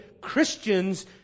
Christians